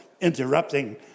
interrupting